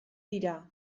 dira